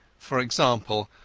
for example,